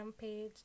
page